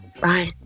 Bye